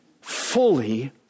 Fully